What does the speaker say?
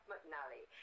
McNally